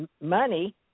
money